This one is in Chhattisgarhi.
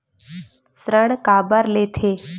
ऋण काबर लेथे?